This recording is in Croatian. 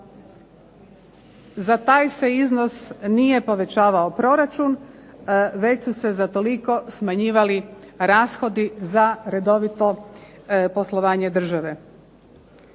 Za taj se iznos nije povećavao proračun, već su se za toliko smanjivali rashodi za redovito poslovanje države.